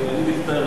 אני מצטער.